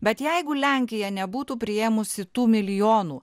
bet jeigu lenkija nebūtų priėmusi tų milijonų